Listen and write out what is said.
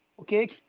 Okay